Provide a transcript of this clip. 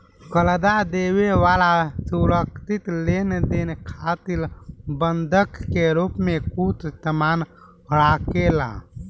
कर्जा देवे वाला सुरक्षित लेनदेन खातिर बंधक के रूप में कुछ सामान राखेला